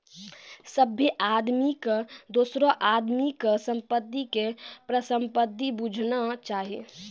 सभ्भे आदमी के दोसरो आदमी के संपत्ति के परसंपत्ति बुझना चाही